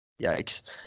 Yikes